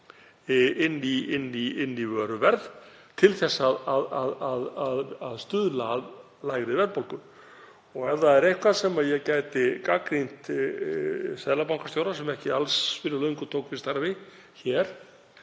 inn í vöruverð til að stuðla að lægri verðbólgu. Og ef það er eitthvað sem ég gæti gagnrýnt seðlabankastjóra sem ekki alls fyrir löngu tók við starfi þá